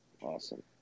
Awesome